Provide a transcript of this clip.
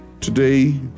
Today